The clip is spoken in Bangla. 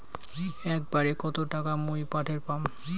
একবারে কত টাকা মুই পাঠের পাম?